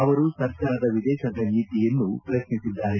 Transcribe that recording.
ಅವರು ಸರ್ಕಾರದ ವಿದೇಶಾಂಗ ನೀತಿಯನ್ನೂ ಪ್ರಶ್ನಿಸಿದ್ದಾರೆ